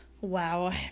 Wow